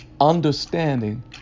understanding